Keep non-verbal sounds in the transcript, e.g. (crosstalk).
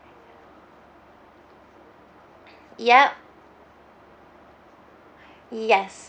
(breath) ya yes